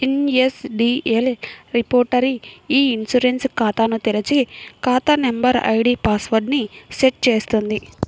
NSDL repository e insurance ఖాతాను తెరిచి, ఖాతా నంబర్, ఐడీ పాస్ వర్డ్ ని సెట్ చేస్తుంది